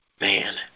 man